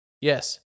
Yes